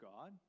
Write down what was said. God